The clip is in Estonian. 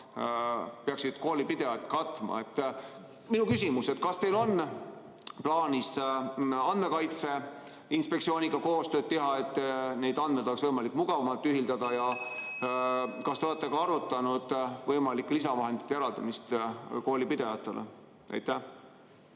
peaksid koolipidajad katma. Minu küsimus: kas teil on plaanis Andmekaitse Inspektsiooniga koostööd teha, et neid andmeid oleks võimalik mugavamalt ühildada, ja kas te olete ka arutanud võimalike lisavahendite eraldamist koolipidajatele? Aitäh,